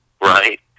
Right